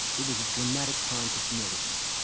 it was a dramatic time for genetics.